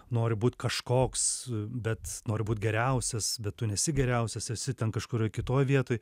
noriu būt kažkoks bet nori būt geriausias bet tu nesi geriausias esi ten kažkurioj kitoje vietoj